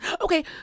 okay